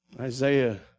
Isaiah